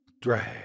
drag